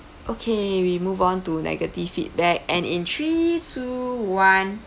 okay we move on to negative feedback and in three two one